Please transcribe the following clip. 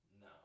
No